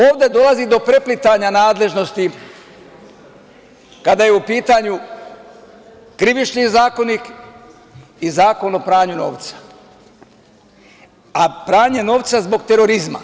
Ovde dolazi do preplitanja nadležnosti kada je u pitanju Krivični zakonik i Zakon o pranju novca, a pranje novca zbog terorizma.